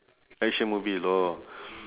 action movie orh